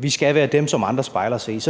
Vi skal være dem, som andre spejler sig i.